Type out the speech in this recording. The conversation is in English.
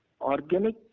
Organic